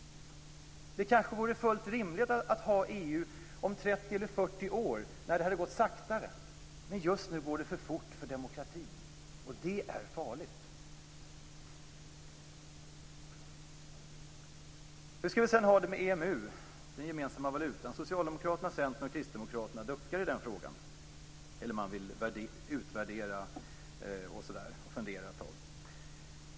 Det kanske vore fullt rimligt att ha EU om 30 eller 40 år, när det gått saktare, men just nu går det för fort för demokratin. Det är farligt. Hur skall vi sedan ha det med EMU, den gemensamma valutan? Socialdemokraterna, Centern och Kristdemokraterna duckar i den frågan eller vill utvärdera och fundera ett tag.